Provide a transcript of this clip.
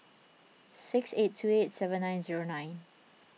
six eight two eight seven nine zero nine